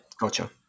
Gotcha